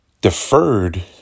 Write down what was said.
deferred